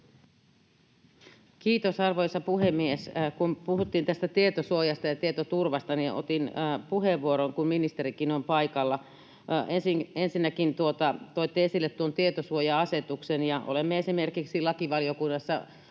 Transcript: Kiitos, arvoisa puhemies! Kun puhuttiin tästä tietosuojasta ja tietoturvasta, niin otin puheenvuoron, kun ministerikin on paikalla. Ensinnäkin toitte esille tuon tietosuoja-asetuksen, ja olemme esimerkiksi lakivaliokunnassa